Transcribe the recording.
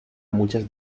muchas